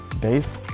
days